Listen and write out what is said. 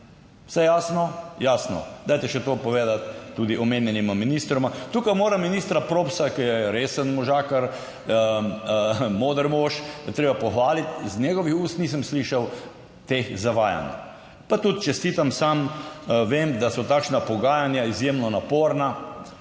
Vse jasno? Jasno. Dajte še to povedati tudi omenjenima ministroma. Tukaj moram ministra Propsa, ki je resen možakar, moder mož je treba pohvaliti, iz njegovih ust nisem slišal teh zavajanj, pa tudi čestitam, sam vem, da so takšna pogajanja izjemno naporna,